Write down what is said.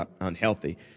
unhealthy